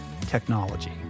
technology